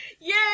Yay